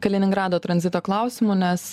kaliningrado tranzito klausimų nes